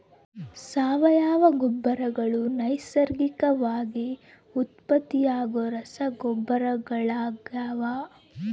ಸಾವಯವ ಗೊಬ್ಬರಗಳು ನೈಸರ್ಗಿಕವಾಗಿ ಉತ್ಪತ್ತಿಯಾಗೋ ರಸಗೊಬ್ಬರಗಳಾಗ್ಯವ